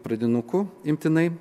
pradinukų imtinai